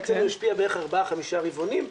אצלנו השפיע בערך ארבעה, חמישה רבעונים.